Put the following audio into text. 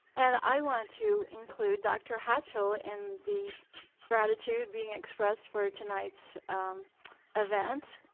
and i want to include dr. hatchell in the gratitude being expressed for tonight's event.